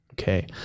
Okay